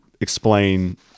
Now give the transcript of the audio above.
explain